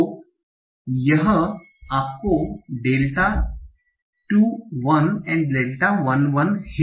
तोयह आपका डेल्टा 2 1 और डेल्टा 1 1 है